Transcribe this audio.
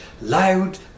loud